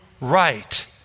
right